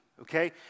okay